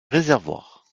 réservoirs